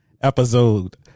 episode